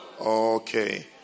Okay